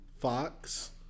Fox